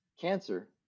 cancer